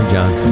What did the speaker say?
John